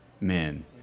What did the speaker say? men